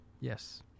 Yes